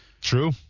True